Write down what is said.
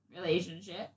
relationship